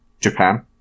Japan